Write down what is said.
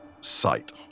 sight